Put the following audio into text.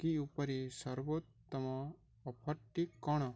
cookie ଉପରେ ସର୍ବୋତ୍ତମ ଅଫର୍ଟି କ'ଣ